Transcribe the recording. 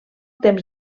temps